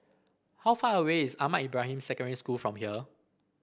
how far away is Ahmad Ibrahim Secondary School from here